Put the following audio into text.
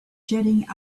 jetting